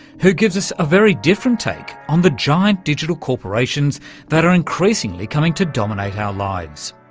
who gives us a very different take on the giant digital corporations that are increasingly coming to dominate our lives,